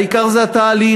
העיקר זה התהליך,